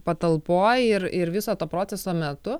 patalpoj ir ir viso to proceso metu